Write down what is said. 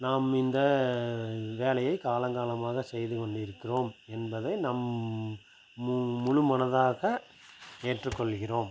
நாம் இந்த வேலையை காலங்காலமாக செய்து கொண்டிருக்கிறோம் என்பதை நாம் முன் முழுமனதாக ஏற்றுக்கொள்கிறோம்